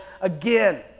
again